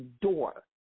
door